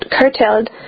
curtailed